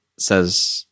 says